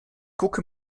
gucke